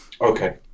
okay